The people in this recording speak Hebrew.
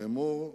לאמור,